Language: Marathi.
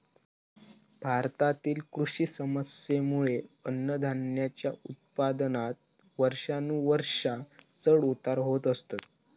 भारतातील कृषी समस्येंमुळे अन्नधान्याच्या उत्पादनात वर्षानुवर्षा चढ उतार होत असतत